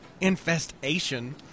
Infestation